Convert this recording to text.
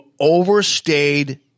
overstayed